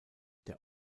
der